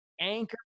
Anchor